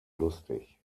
lustig